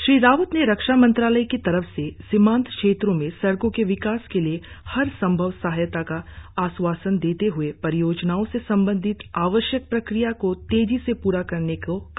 श्री रावत ने रक्षा मंत्रालय की तरफ से सीमांत क्षेत्रों में सड़को के विकास के लिए हर संभव सहायता का आश्वासन देते हए परियाजनाओं से संबंधित आवश्यक प्रक्रिया को तेजी से प्रा करने को कहा